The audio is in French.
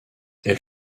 elle